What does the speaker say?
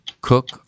Cook